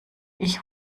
ich